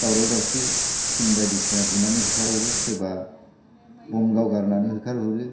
दावराव दावसि थिं बायदिसिना बुनानै होखारहरो सोरबा बम गावगारनानै होखारहरो